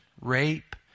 rape